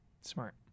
Smart